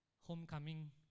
homecoming